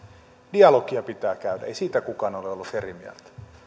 dialogia pitää käydä ei siitä kukaan ole ollut eri mieltä